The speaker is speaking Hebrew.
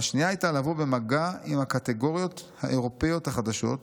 והשנייה הייתה לבוא במגע עם הקטגוריות האירופיות החדשות,